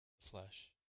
flesh